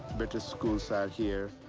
better schools are here,